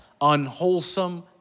unwholesome